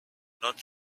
not